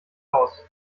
aus